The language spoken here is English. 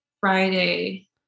Friday